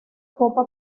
copa